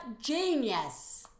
genius